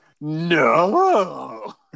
No